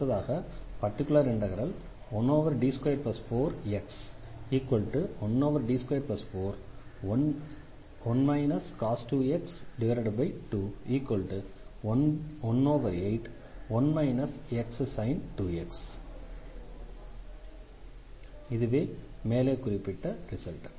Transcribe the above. அடுத்ததாக particular integral 1D24sin2x 1D241 cos 2x 2181 x sin 2x இதுவே மேலே குறிப்பிட்ட ரிசல்ட்